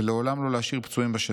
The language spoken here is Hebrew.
ולעולם לא להשאיר פצועים בשטח,